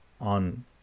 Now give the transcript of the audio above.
on